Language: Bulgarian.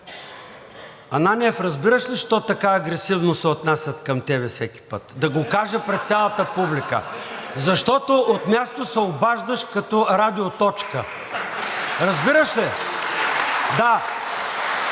Ананиев, разбираш ли защо така агресивно се отнасят към теб всеки път? Да го кажа пред цялата публика. (Смях.) Защото от място се обаждаш като радиоточка. Разбираш ли?